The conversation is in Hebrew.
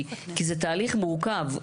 כי זה תהליך מורכב.